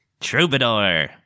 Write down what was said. Troubadour